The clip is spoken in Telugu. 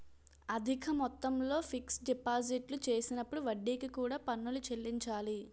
అధిక మొత్తంలో ఫిక్స్ డిపాజిట్లు చేసినప్పుడు వడ్డీకి కూడా పన్నులు చెల్లించాలి